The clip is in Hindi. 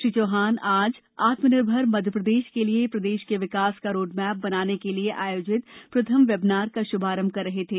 श्री चौहान आज आत्मनिर्भर मध्यप्रदेश के लिए प्रदेश के विकास का रोड मैप बनाने के लिए आयोजित प्रथम वेबीनार का शुभारंभ कर रहे थे